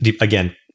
again